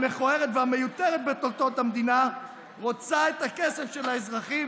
המכוערת והמיותרת בתולדות המדינה רוצה את הכסף של האזרחים